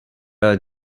are